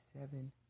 seven